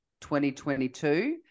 2022